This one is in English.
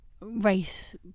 race